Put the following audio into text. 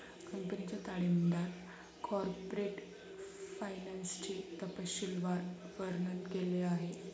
कंपनीच्या ताळेबंदात कॉर्पोरेट फायनान्सचे तपशीलवार वर्णन केले आहे